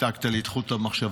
ניתקת לי את חוט המחשבה.